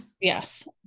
Yes